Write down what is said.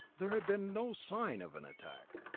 there had been no sign of an attack.